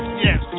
yes